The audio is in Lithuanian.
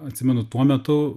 atsimenu tuo metu